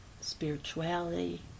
spirituality